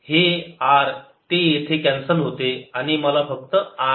हे r ते येथे कॅन्सल होते आणि मला फक्त r देते